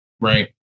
right